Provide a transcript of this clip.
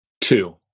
two